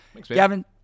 Gavin